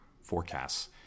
forecasts